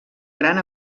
gran